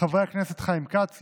חברי הכנסת חיים כץ,